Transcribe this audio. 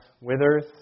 withers